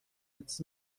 هقت